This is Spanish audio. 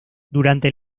durante